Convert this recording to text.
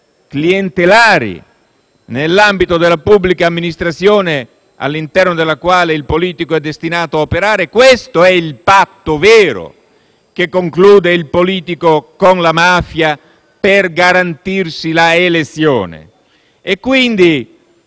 clientelari nell'ambito della pubblica amministrazione all'interno della quale il politico è destinato a operare. Questo è il patto vero che il politico conclude con la mafia per garantirsi la elezione, quindi